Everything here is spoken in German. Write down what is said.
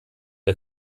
der